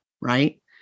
right